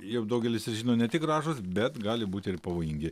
jog daugelis ir žino ne tik gražūs bet gali būti ir pavojingi